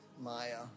Maya